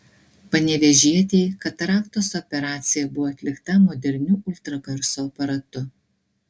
panevėžietei kataraktos operacija buvo atlikta moderniu ultragarso aparatu